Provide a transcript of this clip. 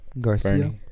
Garcia